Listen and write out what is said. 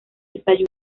estalló